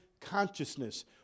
consciousness